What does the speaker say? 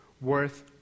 worth